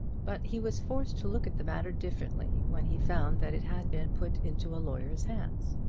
but he was forced to look at the matter differently when he found that it had been put into a lawyer's hands.